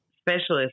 specialist